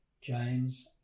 James